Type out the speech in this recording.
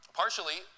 partially